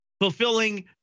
fulfilling